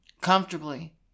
Comfortably